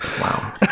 wow